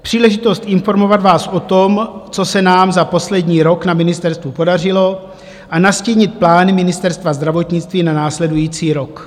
Příležitost informovat vás o tom, co se nám za poslední rok na ministerstvu podařilo, a nastínit plány Ministerstva zdravotnictví na následující rok.